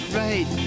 right